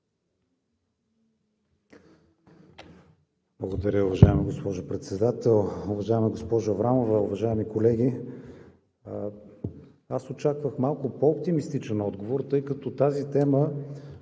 Благодаря, уважаема госпожо Председател. Уважаема госпожо Аврамова, уважаеми колеги! Аз очаквах малко по-оптимистичен отговор, тъй като тази тема,